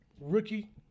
rookie